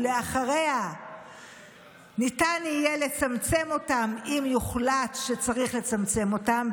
ואחריה ניתן יהיה לצמצם אותם אם יוחלט שצריך לצמצם אותם,